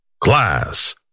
Class